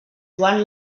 joan